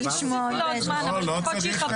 תוסיפי לו עוד זמן, אבל לפחות שיכבד.